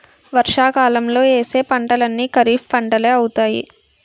వర్షాకాలంలో యేసే పంటలన్నీ ఖరీఫ్పంటలే అవుతాయి